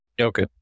Okay